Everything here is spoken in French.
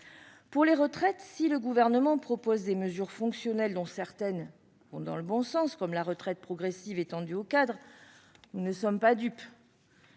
des retraites, si le Gouvernement propose des mesures fonctionnelles, dont certaines vont dans le bon sens, comme la retraite progressive étendue aux cadres, nous ne sommes pas dupes